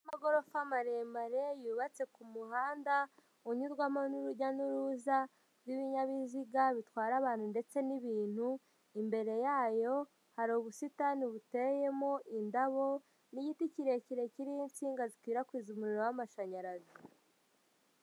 Inzu y'amagorofa maremare, yubatse ku muhanda unyurwamo n'urujya n'uruza rw'ibinyabiziga bitwara abantu ndetse n'ibintu, imbere yayo hari ubusitani buteyemo indabo n'igiti kirekire kiriho insinga zikwirakwiza umuriro w'amashanyarazi.